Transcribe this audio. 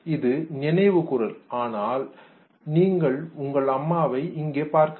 இது நினைவுகூரல் ஆனால் நீங்கள் உங்கள் அம்மாவை பார்க்க வில்லை